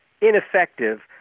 ineffective